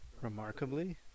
remarkably